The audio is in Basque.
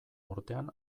urtean